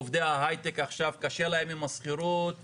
עובדי ההייטק עכשיו קשה להם עם השכירות?